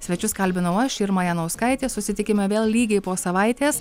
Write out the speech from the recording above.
svečius kalbinau aš irma janauskaitė susitikime vėl lygiai po savaitės